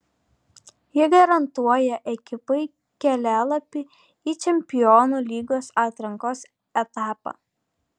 ji garantuoja ekipai kelialapį į čempionų lygos atrankos etapą